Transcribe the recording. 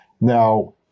Now